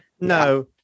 No